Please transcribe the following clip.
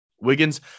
Wiggins